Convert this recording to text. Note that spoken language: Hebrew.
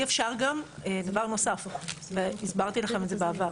אי אפשר גם, דבר נוסף, והסברתי לכם את זה בעבר.